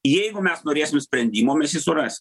jeigu mes norėsim sprendimo mes jį surasim